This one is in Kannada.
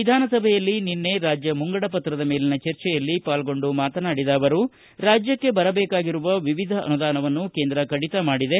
ವಿಧಾನಸಭೆಯಲ್ಲಿ ನಿನ್ನೆ ರಾಜ್ಯ ಮುಂಗಡ ಪತ್ರದ ಮೇಲಿನ ಚರ್ಚೆಯಲ್ಲಿ ಪಾಲ್ಗೊಂಡು ಮಾತನಾಡಿದ ಅವರು ರಾಜ್ಯಕ್ಷೆ ಬರದೇಕಾಗಿರುವ ವಿವಿಧ ಅನುದಾನವನ್ನು ಕೇಂದ್ರ ಕಡಿತ ಮಾಡಿದೆ